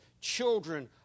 children